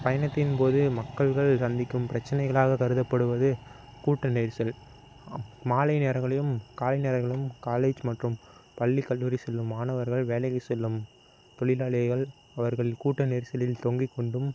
பயணத்தின் போது மக்கள்கள் சந்திக்கும் பிரச்சினைகளாக கருதப்படுவது கூட்ட நெரிசல் மாலை நேரங்களிலும் காலை நேரங்களிலும் காலேஜ் மற்றும் பள்ளி கல்லூரி செல்லும் மாணவர்கள் வேலைக்கு செல்லும் தொழிலாளிகள் அவர்கள் கூட்ட நெரிசலில் தொங்கிக்கொண்டும்